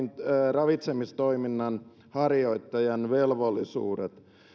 ravitsemistoiminnan harjoittajan velvollisuudet